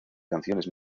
canciones